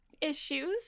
issues